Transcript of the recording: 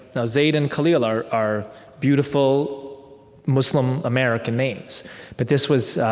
now, zayd and khalil are are beautiful muslim-american names. but this was